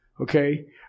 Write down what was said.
okay